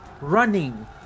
running